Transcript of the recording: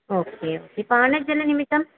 ओ के okay पानजलनिमित्तम्